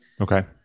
Okay